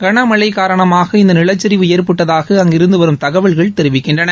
கனமழை காரணமாக இந்த நிலச்சிவு ஏற்பட்டதாக அங்கிருந்து வரும் தகவல்கள் தெரிவிக்கின்றன